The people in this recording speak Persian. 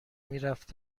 میرفت